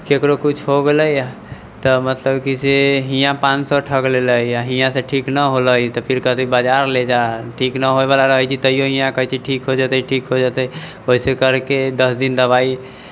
ककरो कुछ हो गेलै तऽ मतलब कि से हियाँ पान सए ठग लेलै हियाँसँ ठीक नहि होलै तऽ फिर कहतै बजार ले जा ठीक नहि होइवला रहै छै तैयो हियाँ कहै छै ठीक हो जतै ठीक हो जतै वैसे करके दस दिन दबाइ